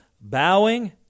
bowing